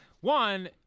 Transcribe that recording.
One –